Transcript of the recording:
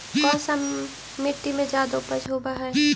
कोन सा मिट्टी मे ज्यादा उपज होबहय?